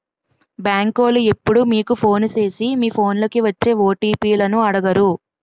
బేంకోలు ఎప్పుడూ మీకు ఫోను సేసి మీ ఫోన్లకి వచ్చే ఓ.టి.పి లను అడగరు